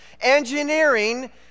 engineering